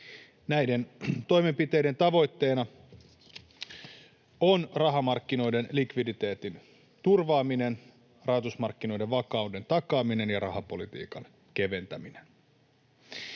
Näiden toimenpiteiden tavoitteena on rahamarkkinoiden likviditeetin turvaaminen, rahoitusmarkkinoiden vakauden takaaminen ja rahapolitiikan keventäminen.